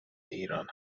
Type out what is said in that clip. ایران